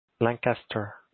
Lancaster